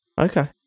okay